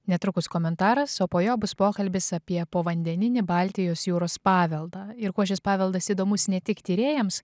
netrukus komentaras o po jo bus pokalbis apie povandeninį baltijos jūros paveldą ir kuo šis paveldas įdomus ne tik tyrėjams